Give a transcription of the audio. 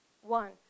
One